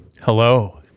Hello